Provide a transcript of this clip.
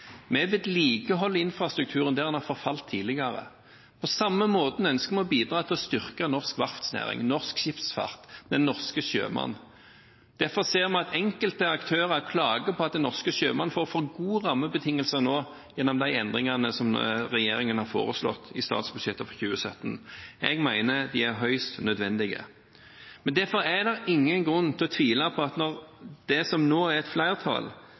infrastrukturen der den har forfalt tidligere. På samme måten ønsker vi å bidra til å styrke norsk verftsnæring, norsk skipsfart, den norske sjømann. Vi ser at enkelte aktører klager på at den norske sjømannen får for gode rammebetingelser nå gjennom de endringene som regjeringen har foreslått i statsbudsjettet for 2017. Jeg mener de er høyst nødvendige. Det er ingen grunn til å tvile på at når det som nå er et flertall